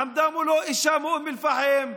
עמדה מולו אישה מאום אל-פחם,